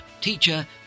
teacher